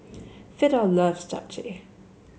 Fidel loves Japchae